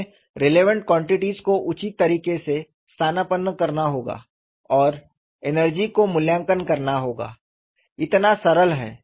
हमे relevant quantities को उचित तरीके से स्थानापन्न करना होगा और एनर्जी को मूल्यांकन करना होगा इतना सरल है